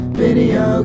video